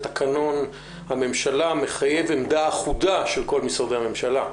תקנון הממשלה מחייב עמדה אחודה של כל משרדי הממשלה.